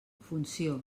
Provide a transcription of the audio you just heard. funció